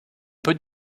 peut